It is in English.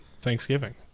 thanksgiving